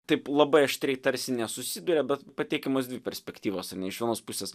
taip labai aštriai tarsi nesusiduria bet pateikiamos dvi perspektyvos ar ne iš vienos pusės